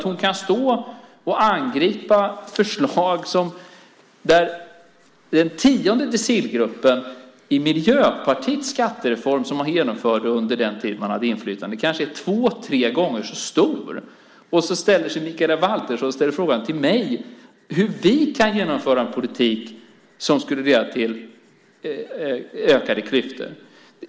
Hon står här och angriper förslag när den tionde decilgruppen i den skattereform som genomfördes under den tid Miljöpartiet hade inflytande kanske är två tre gånger så stor. Då ställer Mikaela Valtersson en fråga till mig om hur vi kan genomföra en politik som skulle leda till ökade klyftor.